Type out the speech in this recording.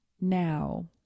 Now